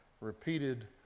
repeated